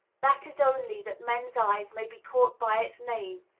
that is only that men's eyes may be caught by its name,